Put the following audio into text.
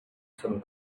some